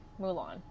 Mulan